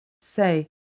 Say